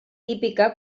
típica